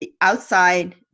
outside